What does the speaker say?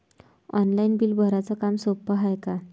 Online bill भराच काम सोपं हाय का?